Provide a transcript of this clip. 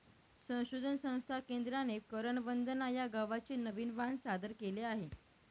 संशोधन संस्था केंद्राने करण वंदना या गव्हाचे नवीन वाण सादर केले आहे